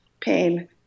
pain